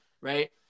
Right